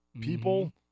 people